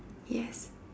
yes